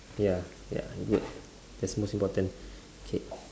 ya ya good that's the most important K